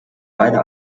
beide